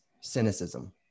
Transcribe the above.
cynicism